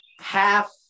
half